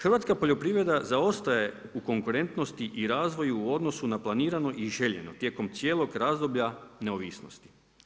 Hrvatska poljoprivreda zaostaje u konkurentnosti i razvoju u odnosu na planirano i željeno, tijekom cijelog razdoblja neovisnosti.